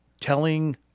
telling